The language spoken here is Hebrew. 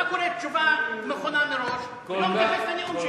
אתה קורא תשובה מוכנה מראש ולא מתייחס לנאום שלי.